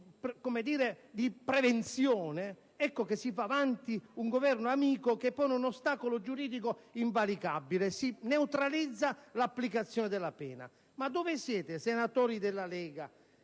segnale di prevenzione, ecco che si fa avanti un Governo amico che pone un ostacolo giuridico invalicabile. Si neutralizza l'applicazione della pena. Ma dove siete, senatori della Lega?